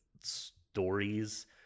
stories